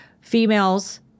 females